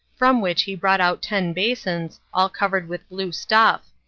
from which he brought out ten basins, all covered with blue stuff.